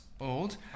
old